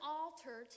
altar